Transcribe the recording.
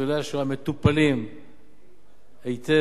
שניצולי השואה מטופלים היטב,